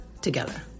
together